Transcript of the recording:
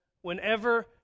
whenever